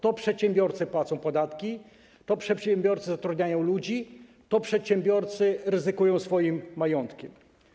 To przedsiębiorcy płacą podatki, to przedsiębiorcy zatrudniają ludzi, to przedsiębiorcy ryzykują swoim majątkiem.